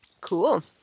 Cool